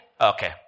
Okay